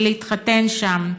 ולהתחתן שם.